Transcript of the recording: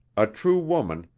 a true woman,